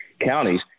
counties